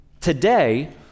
Today